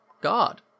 God